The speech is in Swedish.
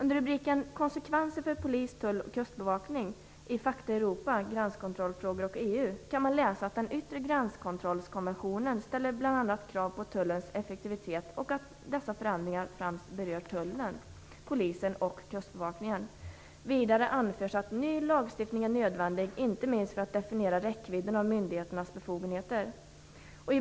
Under rubriken Konsekvenser för polis, tull och kustbevakning i Fakta Europa, Gränskontrollfrågor och EU, kan man läsa att den yttre gränskontrollskonventionen ställer bl.a. krav på tullens effektivitet och att dessa förändringar berör främst tullen, polisen och kustbevakningen. Vidare anförs: "Ny lagstiftning är nödvändig, inte minst för att definiera räckvidden av myndigheternas befogenheter."